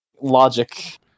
logic